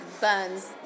burns